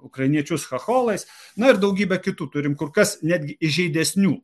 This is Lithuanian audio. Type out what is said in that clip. ukrainiečius chacholais na ir daugybę kitų turim kur kas netgi įžeidesnių